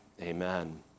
Amen